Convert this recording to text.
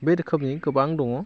बे रोखोमनि गोबां दङ